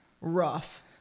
rough